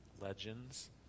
legends